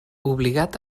obligat